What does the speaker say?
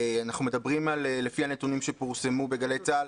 אנחנו מדברים לפי הנתונים שפורסמו בגלי צה"ל,